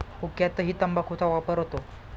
हुक्क्यातही तंबाखूचा वापर होतो